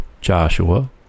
Joshua